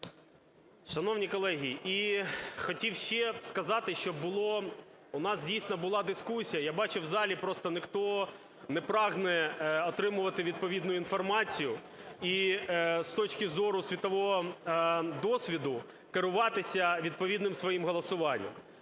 Шановні колеги, і хотів ще сказати, що було: у нас дійсно була дискусія, я бачив, у залі просто ніхто не прагне отримувати відповідну інформацію і з точки зору світового досвіду керуватися відповідним своїм голосуванням.